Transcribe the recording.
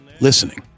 listening